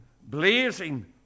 blazing